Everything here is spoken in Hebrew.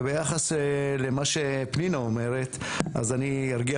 וביחס למה שפנינה אומרת: אז אני ארגיע